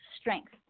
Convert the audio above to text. strength